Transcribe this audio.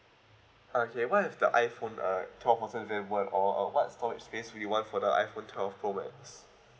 ah K what if the iphone uh twelve isn't available at all err what storage space you want for the iphone twelve pro max